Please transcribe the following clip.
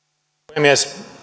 puhemies